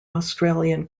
australian